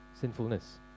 sinfulness